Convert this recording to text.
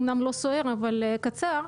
אמנם לא סוער אבל לא קצר.